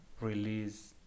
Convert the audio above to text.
release